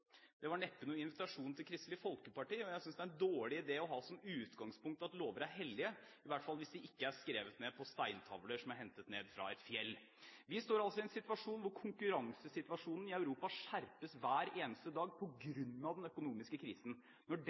Det var neppe noen invitasjon til Kristelig Folkeparti, og jeg synes at det er en dårlig idé å ha som utgangspunkt at lover er hellige, i hvert fall hvis de ikke er skrevet ned på steintavler som er hentet ned fra et fjell. Vi står altså i en situasjon hvor konkurransesituasjonen i Europa skjerpes hver eneste dag på grunn av den økonomiske krisen. Når